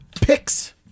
picks